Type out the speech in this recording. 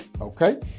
Okay